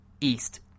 east